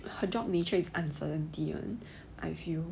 her job nature is uncertainty [one] I feel